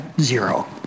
zero